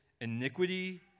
iniquity